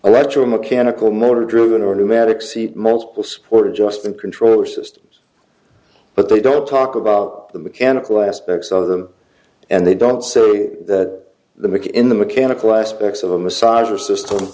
electro mechanical motor driven or pneumatic see multiple sport adjustment controller systems but they don't talk about the mechanical aspects of them and they don't see that the make in the mechanical aspects of a massager system